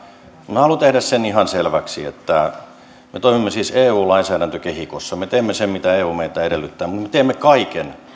minä haluan tehdä sen ihan selväksi että me toimimme siis eu lainsäädäntökehikossa me teemme sen mitä eu meiltä edellyttää me teemme kaiken